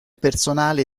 personale